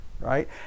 right